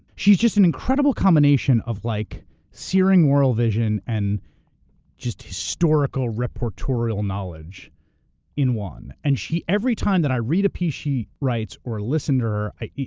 she's just an incredible combination of like searing world vision and just historical reportorial knowledge in one. and she, every time that i read a piece she writes or listen to her,